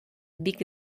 бик